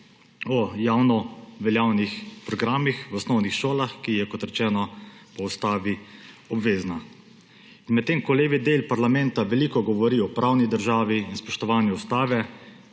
o javnoveljavnih programih v osnovnih šolah, ki so, kot rečeno, po ustavi obvezni. Medtem ko levi del parlamenta veliko govori o pravni državi in spoštovanju ustave,